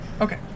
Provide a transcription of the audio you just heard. Okay